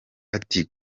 ati